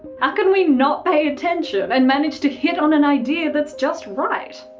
how can we not pay attention and manage to hit on an idea that's just right?